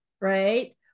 right